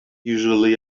usually